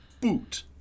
Boot